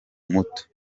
muto